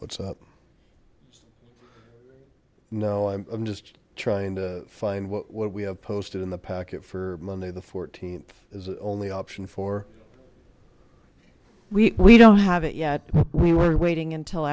what's up no i'm just trying to find what we have posted in the packet for monday the fourteenth is only option four we don't have it yet we were waiting until